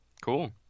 cool